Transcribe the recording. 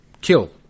kill